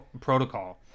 protocol